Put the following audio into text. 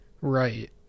right